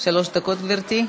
כן, שלוש דקות, גברתי.